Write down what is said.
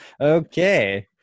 Okay